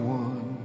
one